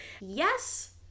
Yes